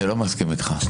אני לא מסכים איתך.